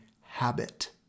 habit